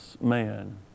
man